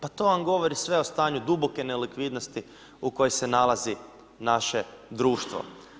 Pa to vam govori sve o stanju duboke nelikvidnosti u kojoj se nalazi naše društvo.